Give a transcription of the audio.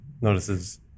Notices